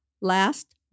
Last